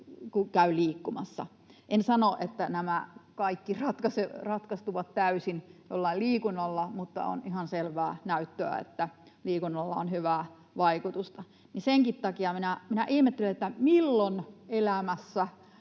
kun käy liikkumassa. En sano, että nämä kaikki ratkaistuvat täysin jollain liikunnalla, mutta on ihan selvää näyttöä, että liikunnalla on hyvää vaikutusta. Senkin takia minä ihmettelen, milloin elämässä